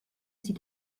sie